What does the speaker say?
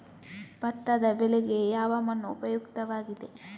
ಭತ್ತದ ಬೆಳೆಗೆ ಯಾವ ಮಣ್ಣು ಉಪಯುಕ್ತವಾಗಿದೆ?